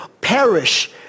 perish